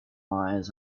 lies